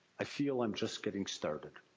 i feel i am just getting started.